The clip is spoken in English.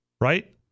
right